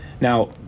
Now